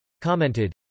commented